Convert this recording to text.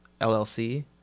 LLC